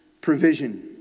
provision